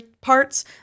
parts